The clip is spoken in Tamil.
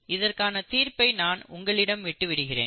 இதற்கான தீர்ப்பை நான் உங்களிடம் விட்டு விடுகிறேன்